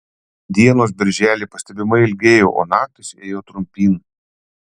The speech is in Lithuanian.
dienos birželį pastebimai ilgėjo o naktys ėjo trumpyn